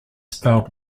spelled